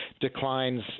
declines